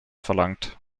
verlangt